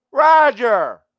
Roger